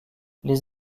les